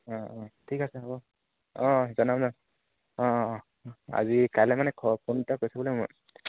অঁ অঁ ঠিক আছে হ'ব অঁ জনাম জ অঁ অঁ অঁ আজি কাইলৈ মানে ফ ফোন এটা কৰি চাব লাগিব মই